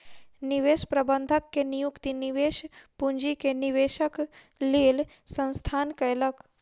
निवेश प्रबंधक के नियुक्ति निवेश पूंजी के निवेशक लेल संस्थान कयलक